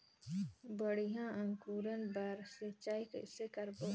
बढ़िया अंकुरण बर सिंचाई कइसे करबो?